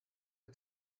ein